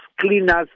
cleaners